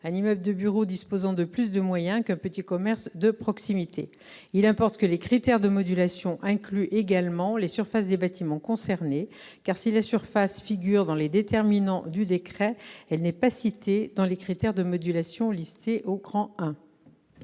un immeuble de bureau disposant de plus de moyens qu'un petit commerce de proximité. » Il importe que les critères de modulation incluent également les surfaces des bâtiments concernés. En effet, si la surface figure dans les déterminants du décret, elle n'est pas citée parmi les éléments énumérés au I de